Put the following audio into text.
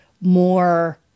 more